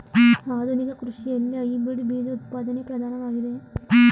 ಆಧುನಿಕ ಕೃಷಿಯಲ್ಲಿ ಹೈಬ್ರಿಡ್ ಬೀಜ ಉತ್ಪಾದನೆಯು ಪ್ರಧಾನವಾಗಿದೆ